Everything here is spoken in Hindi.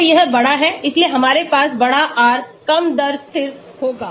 तो यह बड़ा है इसलिए हमारे पास बड़ा R कम दर स्थिर होगा